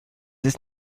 ist